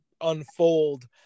unfold